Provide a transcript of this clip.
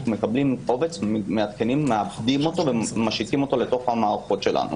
אנחנו מעדכנים אותו, ומשיתים אותו למערכות שלנו.